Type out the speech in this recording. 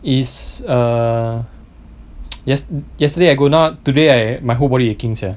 is err yest~ yesterday I go now today I my whole body aching sia